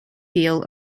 deal